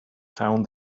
found